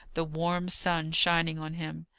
the warm sun shining on him.